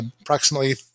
approximately